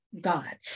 God